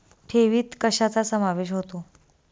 ठेवीत कशाचा समावेश होतो?